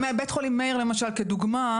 בבית חולים מאיר למשל כדוגמה,